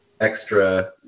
extra